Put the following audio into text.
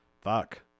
Fuck